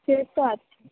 সে তো আছে